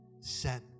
set